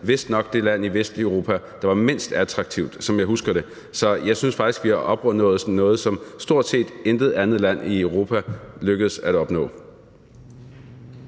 vist nok det land i Vesteuropa, der var mindst attraktivt. Det er, som jeg husker det. Så jeg synes faktisk, vi har opnået noget, som det for stort set intet andet land i Europa er lykkedes at opnå.